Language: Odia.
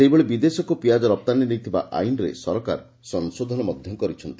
ସେହିଭଳି ବିଦେଶକୁ ପିଆଜ ରପ୍ତାନୀ ନେଇ ଥିବା ଆଇନ୍ରେ ସରକାର ସଂଶୋଧନ ମଧ୍ଧ କରିଛନ୍ତି